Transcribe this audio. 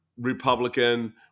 Republican